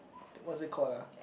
what is it called lah